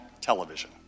television